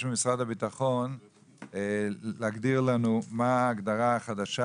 ממשרד הביטחון להגדיר לנו מה ההגדרה החדשה